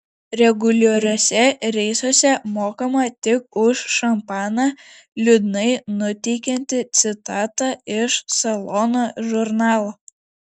reguliariuose reisuose mokama tik už šampaną liūdnai nuteikianti citata iš salono žurnalo